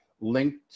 linked